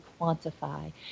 quantify